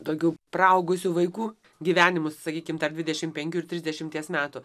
tokių paaugusių vaikų gyvenimus sakykim tarp dvidešim penkių ir trisdešimties metų